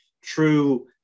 true